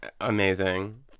Amazing